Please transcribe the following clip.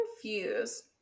confused